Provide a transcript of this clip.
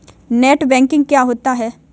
Net banking क्या होता है?